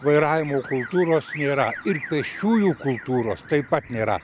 vairavimo kultūros yra ir pėsčiųjų kultūros taip pat nėra